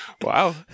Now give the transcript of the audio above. wow